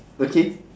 okay